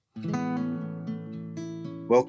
Welcome